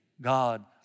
God